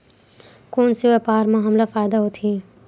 कोन से व्यापार म हमला फ़ायदा होथे?